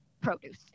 produce